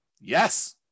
yes